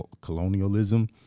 colonialism